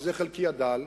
וזה חלקי הדל,